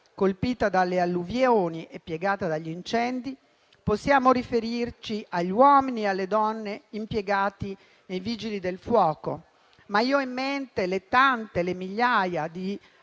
colpita dalle alluvioni e piegata dagli incendi, possiamo riferirci agli uomini e alle donne impiegati nei Vigili del fuoco. Ma io ho in mente le tante migliaia di